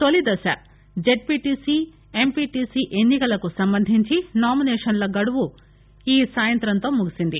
తొలి దశ ZPTC MPTC ఎన్ని కలకు సంబంధించి నామినేషన్ల గడువు ఈ సాయంత్రంతో ముగిసింది